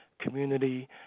community